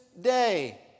day